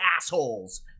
assholes